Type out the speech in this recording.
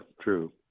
true